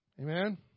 Amen